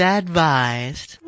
advised